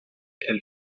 elle